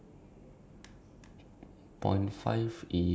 it's different dog what they said the person said